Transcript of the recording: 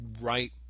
right